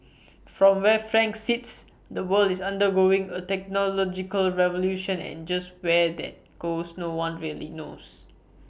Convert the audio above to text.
from where frank sits the world is undergoing A technological revolution and just where that goes no one really knows